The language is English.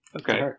Okay